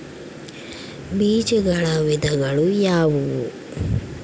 ಬೇಜಗಳ ವಿಧಗಳು ಯಾವುವು?